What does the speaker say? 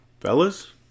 Fellas